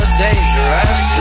dangerous